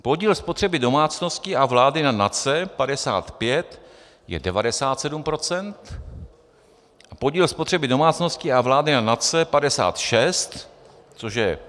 Podíl spotřeby domácností a vlády na NACE 55 je 97 % a podíl spotřeby domácností a vlády na NACE 56, což je...